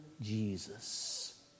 Jesus